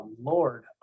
Lord